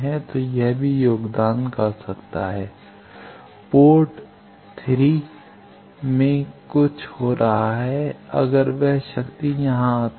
तो यह भी योगदान कर सकता है पोर्ट 3 में कुछ हो रहा है अगर वह शक्ति यहां आती है